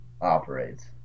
operates